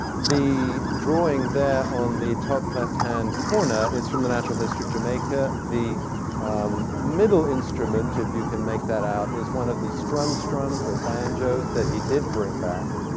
the drawing there on the top left-hand corner is from the natural history of jamaica. the um middle instrument, if you can make that out, is one of the strums strums, or banjos, that he did bring back,